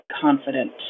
confident